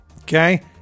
Okay